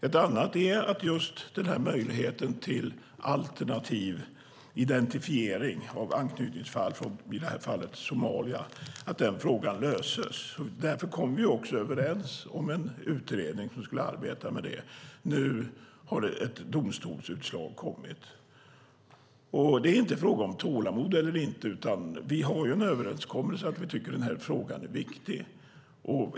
En annan är möjligheten till alternativ identifiering av anknytningsfall från i det här fallet Somalia och att den frågan löses. Vi kom därför överens om en utredning som skulle arbeta med det. Nu har ett domstolsutslag kommit. Det är inte fråga om tålamod eller inte. Vi har en överenskommelse om att vi tycker att frågan är viktig.